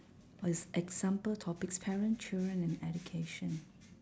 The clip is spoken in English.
oh is example topics parent children and education